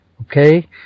okay